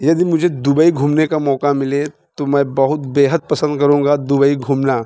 यदि मुझे दुबई घूमने का मौक़ा मिले तो मैं बहुत बेहद पसंद करूँगा दुबई घूमना